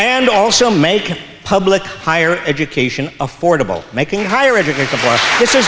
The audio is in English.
and also make public higher education affordable making higher education but this is